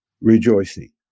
rejoicing